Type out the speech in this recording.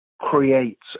creates